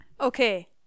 okay